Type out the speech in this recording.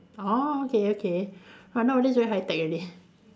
orh okay okay !wah! nowadays very high tech already